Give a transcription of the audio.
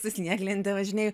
su snieglente važinėju